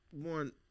one